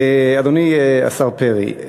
אדוני השר פרי,